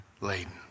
laden